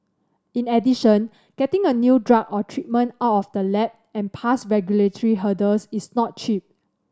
in addition getting a new drug or treatment out of the lab and past regulatory hurdles is not cheap